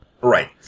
right